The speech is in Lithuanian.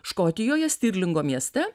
škotijoje stirlingo mieste